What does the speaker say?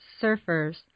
Surfers